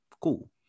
Cool